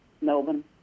Melbourne